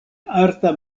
arta